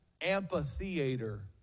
amphitheater